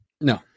No